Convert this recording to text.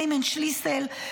ליימן שליסל,